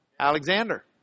Alexander